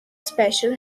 special